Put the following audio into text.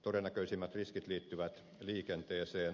todennäköisimmät riskit liittyvät liikenteeseen